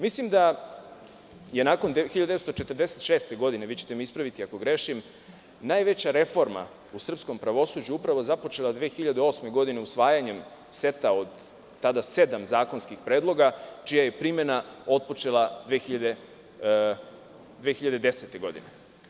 Mislim da je nakon 1946. godine, ispravićete me ako grešim, najveća reforma u srpskom pravosuđu započeta upravo 2008. godine usvajanjem seta od tada sedamzakonskih predloga, čija je primena otpočela 2010. godine.